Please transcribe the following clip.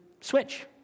switch